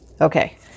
Okay